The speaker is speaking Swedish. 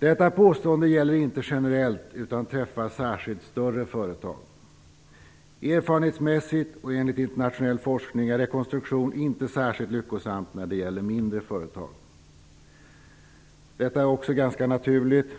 Detta påstående gäller inte generellt utan träffar särskilt större företag. Erfarenhetsmässigt och enligt internationell forskning är rekonstruktion inte särskilt lyckosamt när det gäller mindre företag. Detta är också ganska naturligt,